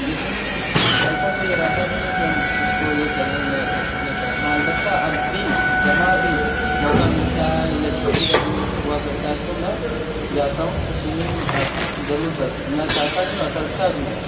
لیکن ایسا کوئی ارادہ نہیں ہے کہ ہم اس کو یہ کریں یا یہ کریں ہاں البتہ اب بھی جہاں بھی موقع ملتا ہے یا چھٹی کا دن ہوا کرتا ہے تو میں جاتا ہوں تو سویمینگ ضرور کرنا چاہتا بھی ہوں اور کرتا بھی ہوں